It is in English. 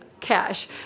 Cash